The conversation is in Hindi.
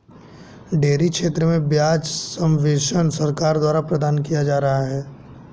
डेयरी क्षेत्र में ब्याज सब्वेंशन सरकार द्वारा प्रदान किया जा रहा है